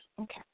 Okay